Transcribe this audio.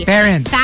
Parents